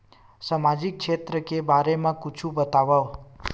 सामजिक क्षेत्र के बारे मा कुछु बतावव?